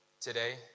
today